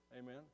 amen